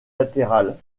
latérales